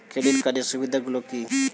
Credit কার্ডের সুবিধা গুলো কি?